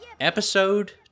Episode